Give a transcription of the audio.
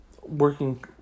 working